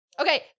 Okay